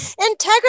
integrity